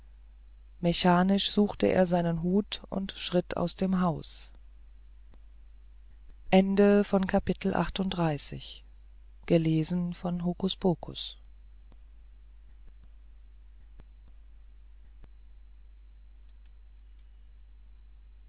mechanisch suchte er seinen hut und schritt aus dem haus